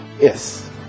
yes